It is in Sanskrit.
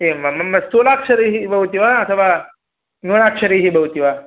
एवं वा मम स्थूलाक्षरैः भवति वा अथवा न्यूनाक्षरैः भवति वा